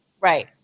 Right